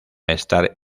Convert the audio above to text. estar